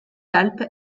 alpes